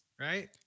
Right